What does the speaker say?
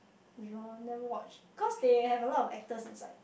don't know never watch because they have a lot of actors inside